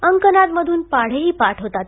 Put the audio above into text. अंकनाद मधून पाढे ही पाठ होतात